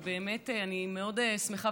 ובאמת אני מאוד שמחה,